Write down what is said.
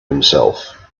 himself